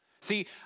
See